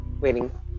waiting